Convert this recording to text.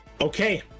Okay